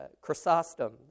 Chrysostom